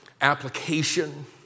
application